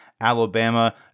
Alabama